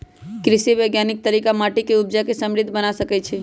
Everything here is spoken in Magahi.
कृषि वानिकी तरिका माटि के उपजा के समृद्ध बना सकइछइ